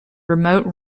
remote